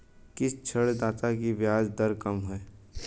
किस ऋणदाता की ब्याज दर कम है?